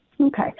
Okay